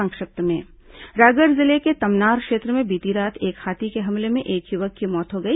संक्षिप्त समाचार रायगढ़ जिले के तमनार क्षेत्र में बीती रात एक हाथी के हमले में एक युवक की मौत हो गई